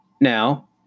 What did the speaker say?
Now